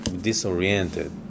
disoriented